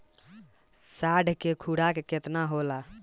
साढ़ के खुराक केतना होला?